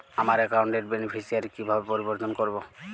আমার অ্যাকাউন্ট র বেনিফিসিয়ারি কিভাবে পরিবর্তন করবো?